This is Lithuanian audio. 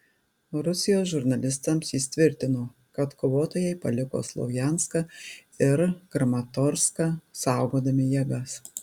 rusijos žurnalistams jis tvirtino kad kovotojai paliko slovjanską ir kramatorską saugodami jėgas